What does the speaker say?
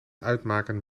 uitmaken